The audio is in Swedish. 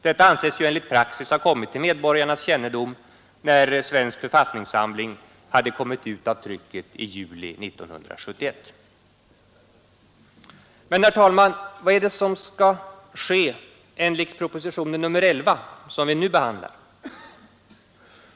Detta anses enligt praxis ha kommit till medborgarnas kännedom när Svensk författningssamling utkommit av trycket i juli 1971. Men, herr talman, vad är det som skall ske enligt proposition nr 11 som vi nu behandlar?